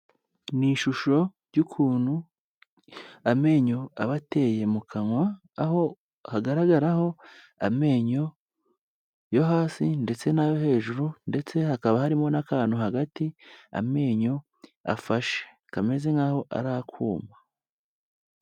Ni ishusho y'ukuntu amenyo aba ateye mu kanwa aho hagaragaraho amenyo yo hasi ndetse n'ayo hejuru ndetse hakaba harimo n'akantu hagati amenyo afashe kameze nk'aho ari akuma.